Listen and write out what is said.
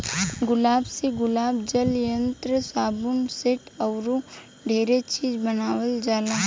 गुलाब से गुलाब जल, इत्र, साबुन, सेंट अऊरो ढेरे चीज बानावल जाला